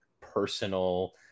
personal